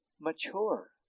mature